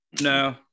No